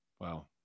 Wow